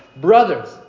Brothers